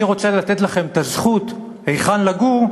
אני רוצה לתת לכם את הזכות לקבוע היכן לגור,